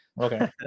okay